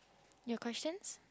your questions